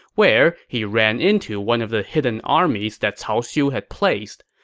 where he ran into one of the hidden armies that cao xiu had placed.